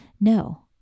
No